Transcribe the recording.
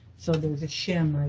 so there's a shim i